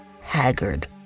haggard